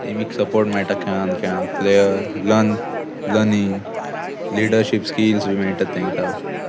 टिमीक सपोर्ट मेळटा खेळून खेळ player learn learning leadership skills बी मेळटात तांकां